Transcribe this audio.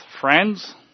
friends